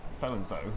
so-and-so